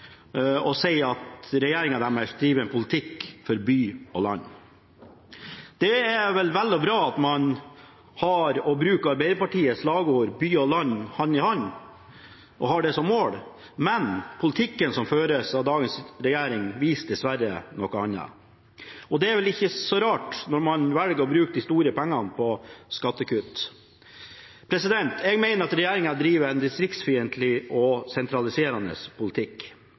sier at regjeringen fører en politikk for by og land. Det er vel og bra at man bruker Arbeiderpartiets slagord «By og land hand i hand» og har det som mål, men politikken som føres av dagens regjering, viser dessverre noe annet. Det er ikke så rart når man velger å bruke de store pengene på skattekutt. Jeg mener at regjeringen driver en distriktsfiendtlig og sentraliserende politikk.